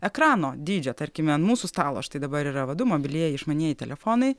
ekrano dydžio tarkime ant mūsų stalo štai dabar yra va du mobilieji išmanieji telefonai